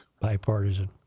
bipartisan